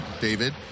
David